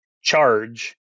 charge